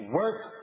work